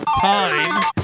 Time